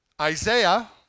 Isaiah